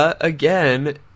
again